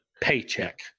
paycheck